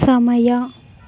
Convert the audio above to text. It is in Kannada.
ಸಮಯ